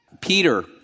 Peter